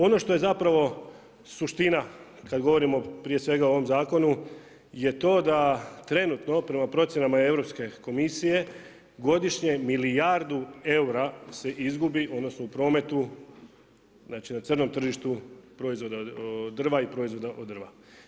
Ono što je zapravo suština, kad govorimo prije svega u ovom zakonu, je to da trenutno, da prema procjenama Europske komisije, godišnje milijardu eura se izgubi, odnosno, na prometu znači na crnom tržištu proizvoda od drva i proizvoda od drva.